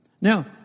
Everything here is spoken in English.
Now